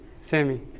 Sammy